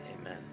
Amen